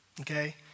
okay